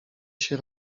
się